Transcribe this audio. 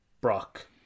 Brock